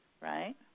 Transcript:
right